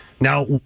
Now